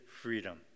freedom